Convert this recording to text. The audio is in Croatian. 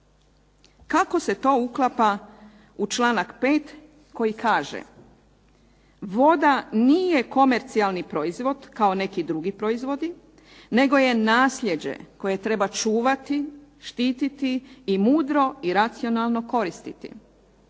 Kako se to uklapa u članak 5. koji kaže voda nije komercijalni proizvod, kao neki drugi proizvodi, nego je nasljeđe koje treba čuvati, štititi i mudro i racionalno koristiti.